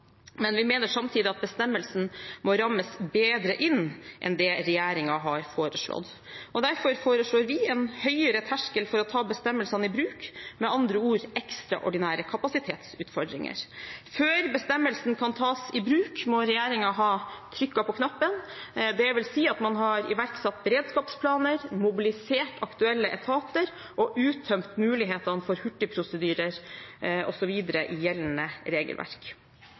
men vi mener samtidig at bestemmelsen må rammes bedre inn enn det regjeringen har foreslått. Derfor foreslår vi en høyere terskel for å ta bestemmelsene i bruk, med andre ord «ekstraordinære kapasitetsutfordringer». Før bestemmelsen kan tas i bruk, må regjeringen ha trykket på knappen. Det vil si at man har iverksatt beredskapsplaner, mobilisert aktuelle etater og uttømt mulighetene for hurtigprosedyrer osv. i gjeldende regelverk.